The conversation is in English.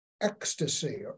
ecstasy